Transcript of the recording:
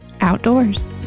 outdoors